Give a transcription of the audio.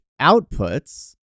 outputs